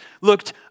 looked